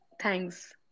Thanks